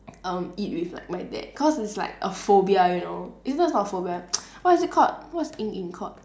um eat with like my dad cause it's like a phobia you know it's not it's not a phobia what is it called what's 阴影 called